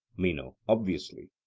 meno obviously.